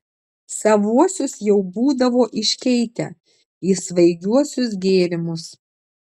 savuosius jau būdavo iškeitę į svaigiuosius gėrimus